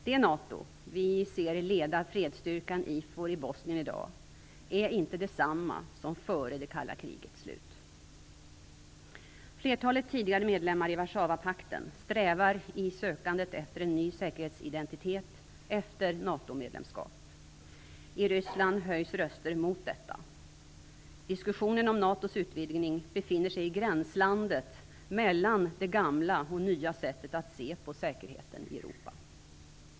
Det NATO vi ser leda fredsstyrkan IFOR i Bosnien i dag är inte detsamma som före det kalla krigets slut. Flertalet tidigare medlemmar i Warszawapakten strävar i sökandet efter en ny säkerhetsidentitet efter NATO-medlemskap. I Ryssland höjs röster mot detta. Diskussionen om NATO:s utvidgning befinner sig i gränslandet mellan det gamla och nya sättet att se på säkerheten i Europa.